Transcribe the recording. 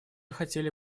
хотели